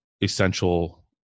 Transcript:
essential